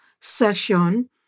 session